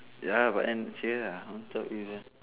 ya but then okay ah who told you that